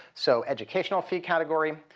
so educational fee category